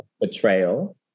betrayal